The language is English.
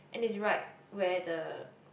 and it's right where the